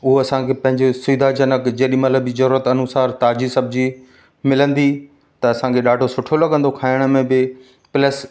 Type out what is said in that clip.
उहे असांखे पंहिंजे सुविधा जनक जेॾी महिल बि जरुरत अनुसार ताज़ी सब्जी मिलंदी त असांखे ॾाढो सुठो लगंदो खाइण में बि प्लस